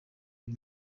uyu